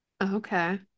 Okay